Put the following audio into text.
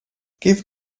give